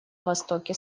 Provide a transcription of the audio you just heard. востоке